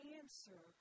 answer